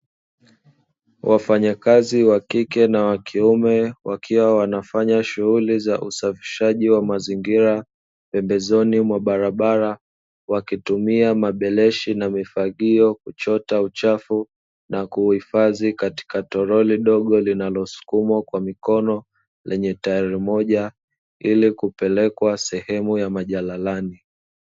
Wafanyakazi wa kike na wa kiume wakiwa wanafanya shughuli za usafishaji wa mazingira pembezoni mwa barabara, wakitumia mabeleshi na mifagio kuchota uchafu na kuhifadhi katika toroli dogo linalosukumwa kwa mikono, lenye tairi moja ili kupelekwa sehemu ya majalalani.